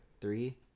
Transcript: three